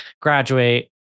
graduate